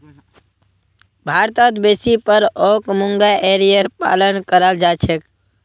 भारतत बेसी पर ओक मूंगा एरीर पालन कराल जा छेक